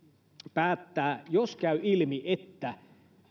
päättää jos käy ilmi että